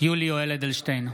יולי יואל אדלשטיין,